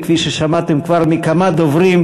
וכפי ששמעתם כבר מכמה דוברים,